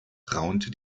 raunte